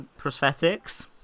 prosthetics